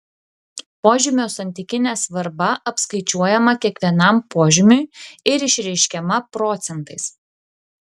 požymio santykinė svarba apskaičiuojama kiekvienam požymiui ir išreiškiama procentais